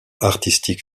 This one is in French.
artistique